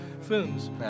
films